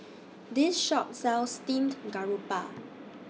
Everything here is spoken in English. This Shop sells Steamed Garoupa